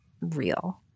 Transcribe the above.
real